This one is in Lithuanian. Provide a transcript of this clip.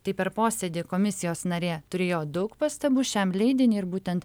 tai per posėdį komisijos narė turėjo daug pastabų šiam leidiniui ir būtent